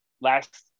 last